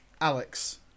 Alex